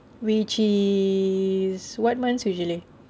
which is what month usually